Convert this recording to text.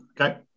Okay